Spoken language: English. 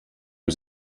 was